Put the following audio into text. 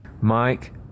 mike